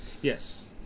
Yes